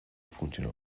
funciona